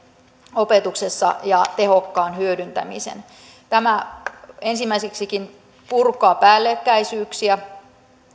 opetuksessa ja niiden tehokkaan hyödyntämisen tämä ensimmäiseksikin purkaa päällekkäisyyksiä